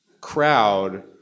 crowd